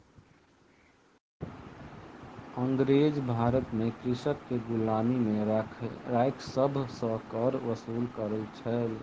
अँगरेज भारत में कृषक के गुलामी में राइख सभ सॅ कर वसूल करै छल